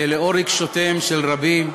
שלאור רגשותיהם של רבים,